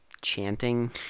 chanting